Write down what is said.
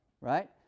Right